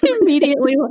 immediately